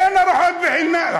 אין ארוחות חינם.